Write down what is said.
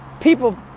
people